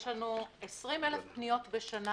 יש לנו 20,000 פניות בשנה